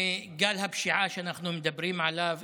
מגל הפשיעה שאנחנו מדברים עליו,